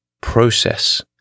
process